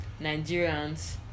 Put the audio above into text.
Nigerians